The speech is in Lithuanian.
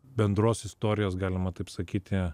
bendros istorijos galima taip sakyti